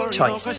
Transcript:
Choice